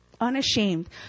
Unashamed